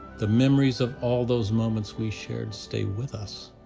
the memories of all those moments we shared stay with us.